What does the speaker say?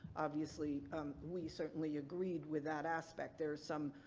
obviously we certainly agreed with that aspect. there's some,